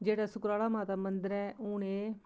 जेह्ड़ा सुकराला माता दा मंदर ऐ हून एह्